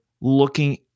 looking